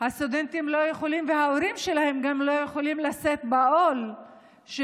הסטודנטים וההורים שלהם לא יכולים לשאת בעול של